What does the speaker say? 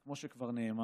כמו שכבר נאמר.